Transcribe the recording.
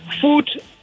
food